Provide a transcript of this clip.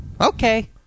Okay